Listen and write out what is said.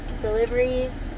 deliveries